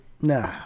Nah